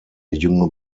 junge